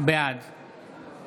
בעד